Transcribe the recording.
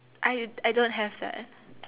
I I don't have that